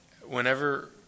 Whenever